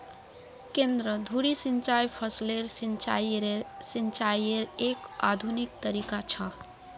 केंद्र धुरी सिंचाई फसलेर सिंचाईयेर एक आधुनिक तरीका छ